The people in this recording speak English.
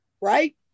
right